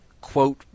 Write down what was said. Quote